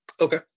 Okay